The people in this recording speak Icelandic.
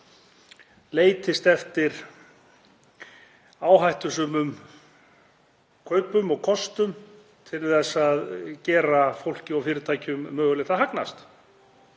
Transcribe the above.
leitist eftir áhættusömum kaupum og kostum til þess að gera fólki og fyrirtækjum mögulegt að hagnast.